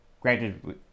Granted